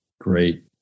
Great